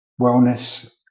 wellness